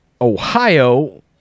Ohio